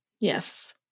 yes